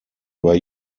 were